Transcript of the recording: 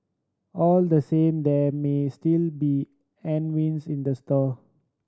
all the same there may still be headwinds in the store